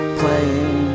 playing